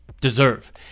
deserve